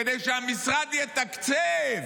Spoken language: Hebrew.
כדי שהמשרד יתקצב,